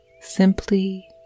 simply